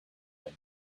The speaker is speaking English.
him